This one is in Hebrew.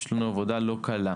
יש לנו עבודה לא קלה,